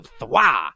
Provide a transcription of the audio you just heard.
thwa